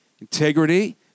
integrity